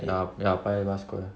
ya ya paya lebar square